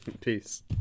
peace